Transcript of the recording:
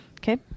Okay